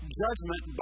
judgment